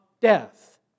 death